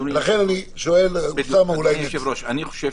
לכן, אני שואל -- אני חושב